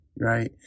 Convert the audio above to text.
Right